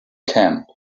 camp